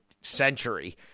century